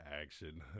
action